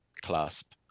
clasp